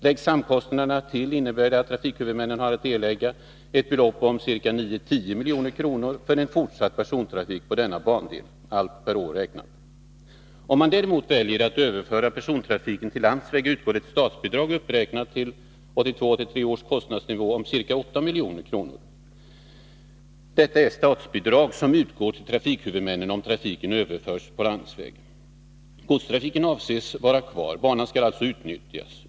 Läggs samkostnaderna till, innebär det att trafikhuvudmännen har att erlägga ett belopp om ca 9-10 milj.kr. för en fortsatt persontrafik på denna bandel — allt per år räknat. Om man däremot väljer att överföra persontrafiken till landsväg, utgår ett statsbidrag, uppräknat till 1982/83 års kostnadsnivå, om ca 8 milj.kr. Detta är ett statsbidrag som utgår till trafikhuvudmännen, om trafiken överförs till landsväg. Godstrafiken avses vara kvar. Banan skall alltså utnyttjas.